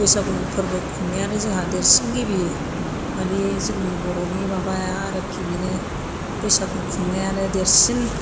बैसागु फोरबो खुंनायानो जोंहा देरसिन गिबि मानि जोंनि बर'नि माबा आरोखि बिनो बैसागु खुंनायानो देरसिन